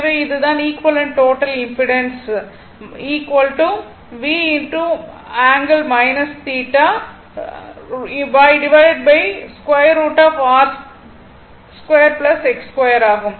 எனவே இது தான் equivalent total impedance V ∠ θ √R2 X2 ஆகும்